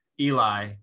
Eli